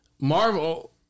Marvel